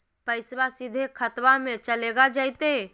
पैसाबा सीधे खतबा मे चलेगा जयते?